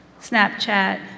Snapchat